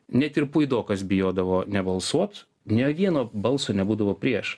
net ir puidokas bijodavo nebalsuot nei vieno balso nebūdavo prieš